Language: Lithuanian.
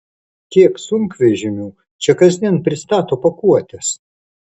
kiek sunkvežimių čia kasdien pristato pakuotes